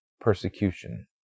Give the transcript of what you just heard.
persecution